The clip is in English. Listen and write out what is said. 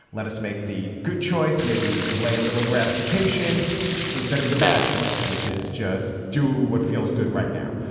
let us make the good choice. maybe delay a little gratification instead of the bad choice, which is just do what feels good right now.